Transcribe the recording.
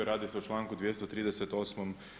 Radi se o članku 238.